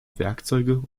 werkzeuge